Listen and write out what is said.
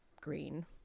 green